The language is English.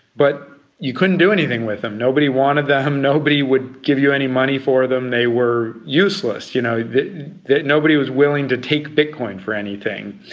but you couldn't do anything with them. nobody wanted them, nobody would give you any money for them, they were useless. you know nobody was willing to take bitcoin for anything.